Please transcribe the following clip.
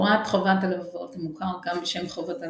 תורת חובות הלבבות, המוכר גם בשם חובת הלבבות,